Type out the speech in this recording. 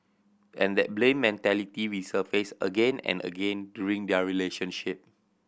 and that blame mentality resurfaced again and again during their relationship